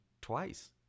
twice